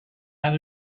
had